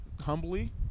humbly